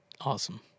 Awesome